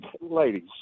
ladies